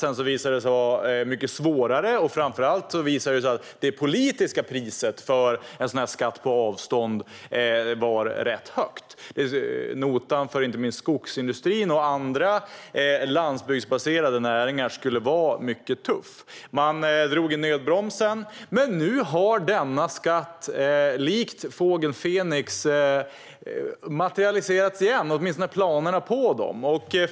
Sedan visade det sig vara mycket svårare, och framför allt visade det sig att det politiska priset för en skatt på avstånd var rätt högt. Notan för inte minst skogsindustrin och andra landsbygdsbaserade näringar skulle vara mycket tuff. Man drog i nödbromsen. Men nu har denna skatt, likt Fågel Fenix, materialiserats igen, åtminstone planerna på den.